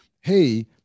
hey